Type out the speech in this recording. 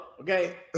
Okay